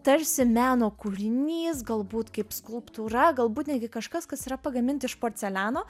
tarsi meno kūrinys galbūt kaip skulptūra galbūt netgi kažkas kas yra pagaminta iš porceliano